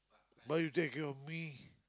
why you take care of me